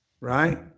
right